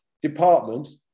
Departments